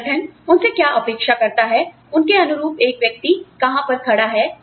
संगठन उनसे क्या अपेक्षा करता है उसके अनुरूप एक व्यक्ति कहां पर खड़ा है